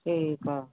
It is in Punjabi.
ਠੀਕ ਆ